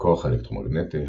הכוח האלקטרומגנטי,